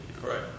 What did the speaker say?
Correct